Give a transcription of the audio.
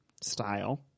style